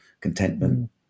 contentment